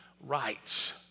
rights